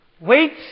Wait